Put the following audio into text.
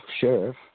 sheriff